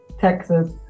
Texas